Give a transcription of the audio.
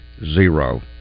zero